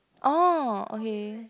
oh okay